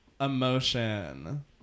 Emotion